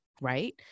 right